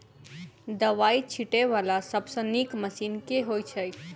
दवाई छीटै वला सबसँ नीक मशीन केँ होइ छै?